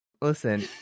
Listen